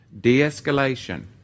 de-escalation